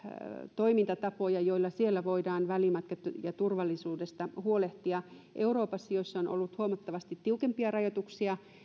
toimintatapoja joilla siellä voidaan välimatkoista ja turvallisuudesta huolehtia euroopassa jossa on ollut huomattavasti tiukempia rajoituksia